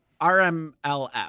RMLF